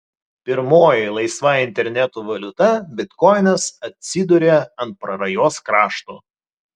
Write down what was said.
pirmoji laisva interneto valiuta bitkoinas atsidūrė ant prarajos krašto